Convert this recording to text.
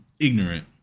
ignorant